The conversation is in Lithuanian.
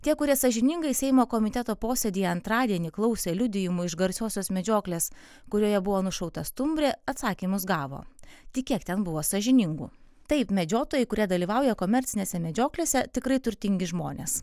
tie kurie sąžiningai seimo komiteto posėdyje antradienį klausė liudijimų iš garsiosios medžioklės kurioje buvo nušauta stumbrė atsakymus gavo tik kiek ten buvo sąžiningų taip medžiotojai kurie dalyvauja komercinėse medžioklėse tikrai turtingi žmonės